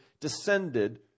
descended